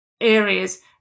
areas